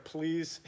Please